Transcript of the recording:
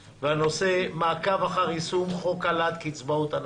בנושא: מעקב אחר יישום חוק העלאת קצבאות הנכות.